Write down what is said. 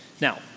Now